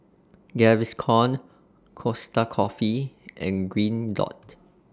Gaviscon Costa Coffee and Green Dot